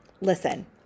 Listen